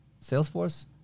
Salesforce